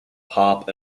pop